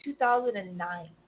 2009